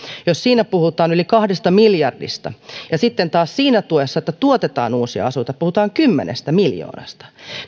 jos siinä puhutaan yli kahdesta miljardista ja sitten taas siinä tuessa että tuotetaan uusia asuntoja puhutaan kymmenestä miljoonasta